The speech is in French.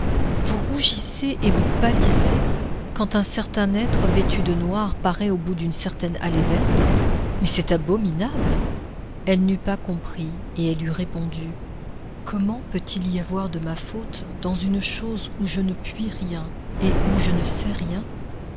vous rougissez et vous pâlissez quand un certain être vêtu de noir paraît au bout d'une certaine allée verte mais c'est abominable elle n'eût pas compris et elle eût répondu comment peut-il y avoir de ma faute dans une chose où je ne puis rien et où je ne sais rien